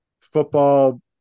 football